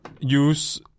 use